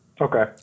Okay